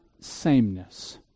sameness